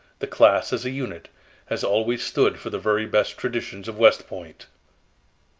the class as a unit has always stood for the very best traditions of west point.